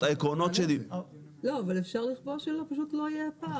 אבל אפשר לקבוע שפשוט לא יהיה פער.